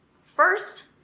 First